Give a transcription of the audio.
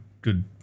good